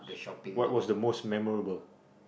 what was the most memorable